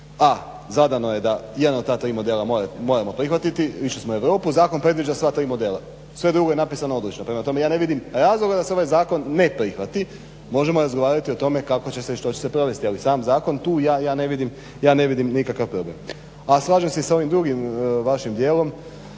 a zadano da jedan od ta tri modela moramo prihvatiti, išli smo u Europu, zakon predviđa sva tri modela. Sve drugo je napisano odlično prema tome ja ne vidim razloga da se ovaj zakon ne prihvati. Možemo razgovarati o tome kako će se i što će se provesti ali sam zakon ja ne vidim nikakav problem. A slažem se i sa ovim drugim vašim dijelom